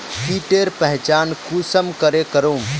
कीटेर पहचान कुंसम करे करूम?